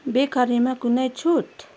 बेकरीमा कुनै छुट